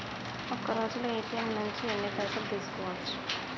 ఒక్కరోజులో ఏ.టి.ఎమ్ నుంచి ఎన్ని పైసలు తీసుకోవచ్చు?